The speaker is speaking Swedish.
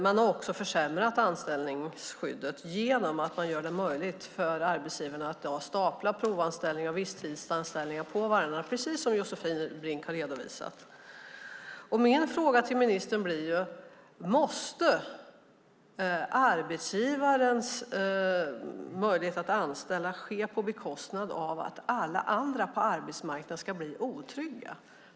Man har också försämrat anställningsskyddet genom att man gjort det möjligt för arbetsgivarna att i dag stapla provanställningar och visstidsanställningar på varandra, precis som Josefin Brink har beskrivit. Min fråga till ministern blir: Måste arbetsgivarens möjlighet att anställa vara till priset av att alla andra på arbetsmarknaden ska bli otrygga?